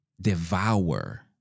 devour